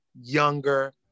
younger